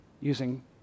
using